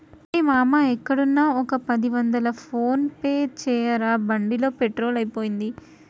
రేయ్ మామా ఎక్కడున్నా ఒక పది వందలు ఫోన్ పే చేయరా బండిలో పెట్రోల్ అయిపోయింది